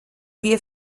wir